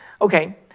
Okay